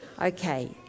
Okay